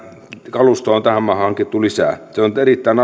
kalustoa on tähän maahan hankittu lisää se on erittäin